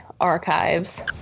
archives